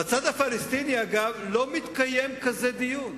בצד הפלסטיני אגב לא מתקיים דיון כזה,